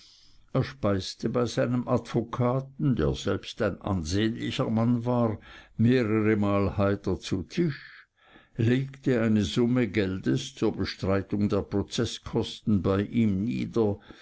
er speisete bei seinem advokaten der selbst ein ansehnlicher mann war mehrere mal heiter zu tisch legte eine summe geldes zur bestreitung der prozeßkosten bei ihm nieder